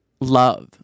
love